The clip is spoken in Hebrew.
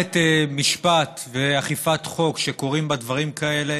במערכת משפט ואכיפת חוק שקורים בה דברים כאלה,